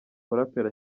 muraperi